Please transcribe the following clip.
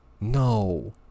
No